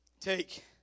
take